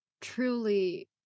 truly